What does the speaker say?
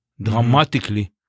dramatically